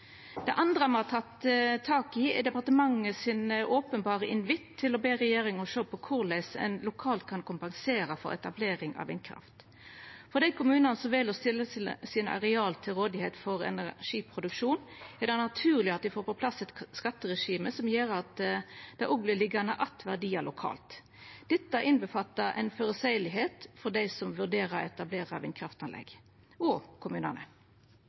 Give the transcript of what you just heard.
Det andre me har teke tak i, er departementets openberre invitt til å be regjeringa sjå på korleis ein lokalt kan kompensera for etablering av vindkraft. For dei kommunane som vel å stilla sine areal til rådigheit for energiproduksjon, er det naturleg at me får på plass eit skatteregime som gjer at det òg vert liggjande att verdiar lokal. Dette vil innebera at det vert føreseieleg for dei som vurderer å etablera vindkraftanlegg, og for kommunane.